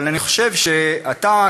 אבל אני חושב שאתה,